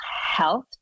health